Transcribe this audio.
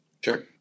Sure